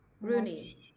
Rooney